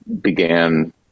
began